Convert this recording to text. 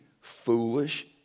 foolish